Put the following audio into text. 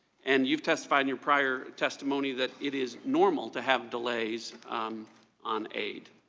and you testified in your prior testimony that it is normal to have delays um on a.